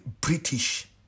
British